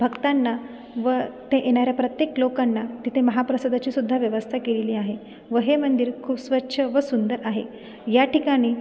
भक्तांना व ते येणाऱ्या प्रत्येक लोकांना तिथे महाप्रसादाची सुद्धा व्यवस्था केलेली आहे व हे मंदिर खूप स्वच्छ व सुंदर आहे या ठिकाणी